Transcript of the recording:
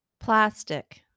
Plastic